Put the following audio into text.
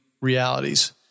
realities